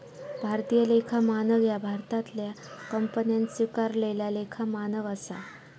भारतीय लेखा मानक ह्या भारतातल्या कंपन्यांन स्वीकारलेला लेखा मानक असा